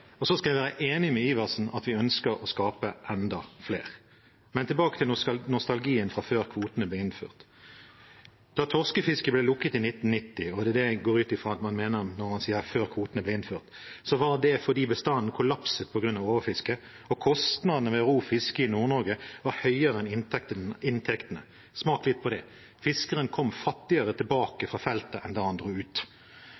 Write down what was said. og så skal jeg være enig med Adelsten Iversen i at vi ønsker å skape enda flere. Men tilbake til nostalgien fra før kvotene ble innført: Da torskefisket ble lukket i 1990 – det er det jeg går ut fra at man mener når man sier før kvotene ble innført – var det fordi bestanden kollapset på grunn av overfiske, og kostnadene ved å ro fiske i Nord-Norge var høyere enn inntektene. Smak litt på det. Fiskeren kom fattigere tilbake